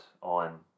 on